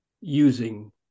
using